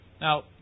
Now